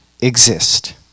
exist